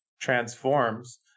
transforms